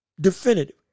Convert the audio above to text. definitive